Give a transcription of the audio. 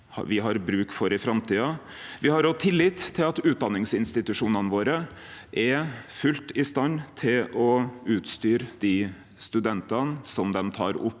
Me har òg tillit til at utdanningsinstitusjonane våre er fullt ut i stand til å utstyre studentane dei tek opp